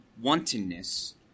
wantonness